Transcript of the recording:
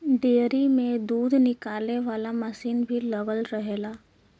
dairy में दूध निकाले वाला मसीन भी लगल रहेला